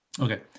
Okay